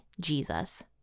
Jesus